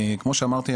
כמו שאמרתי,